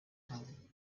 kaldı